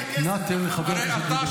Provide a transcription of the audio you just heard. תספר לנו על הפגישה שלך בקפריסין,